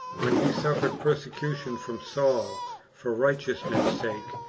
when he suffered persecution from saul for righteousness' sake,